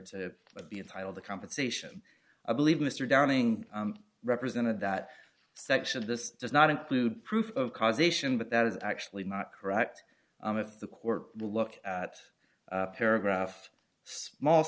to be entitled to compensation i believe mr downing represented that section of this does not include proof of causation but that is actually not correct if the court will look at paragraph small